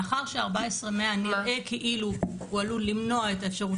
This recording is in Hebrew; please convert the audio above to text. מאחר ו-14,100 נראה כאילו הוא עלול למנוע את האפשרות